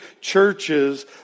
churches